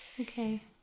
Okay